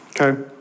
okay